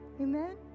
Amen